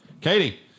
Katie